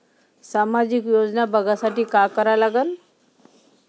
सामाजिक योजना बघासाठी का करा लागन?